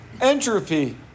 entropy